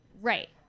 Right